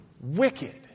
wicked